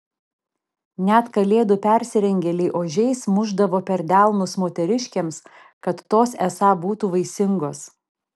net kalėdų persirengėliai ožiais mušdavo per delnus moteriškėms kad tos esą būtų vaisingos